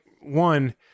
one